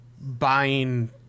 buying